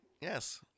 Yes